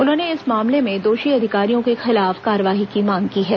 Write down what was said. उन्होंने इस मामले में दोषी अधिकारियों के खिलाफ कार्रवाई की मांग की है